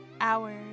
hours